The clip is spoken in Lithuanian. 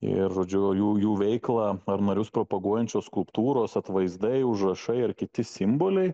ir žodžiu jų jų veiklą ar narius propaguojančios skulptūros atvaizdai užrašai ar kiti simboliai